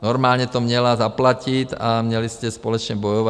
Normálně to měla zaplatit a měli jste společně bojovat.